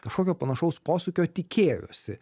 kažkokio panašaus posūkio tikėjosi